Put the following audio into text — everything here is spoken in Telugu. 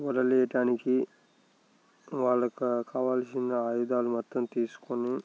వలలు వేయటానికి వాళ్ళకు కావాల్సిన ఆయుధాలు మొత్తం తీసుకొని